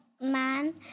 man